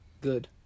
Good